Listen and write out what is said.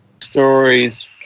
stories